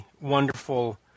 wonderful